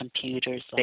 computers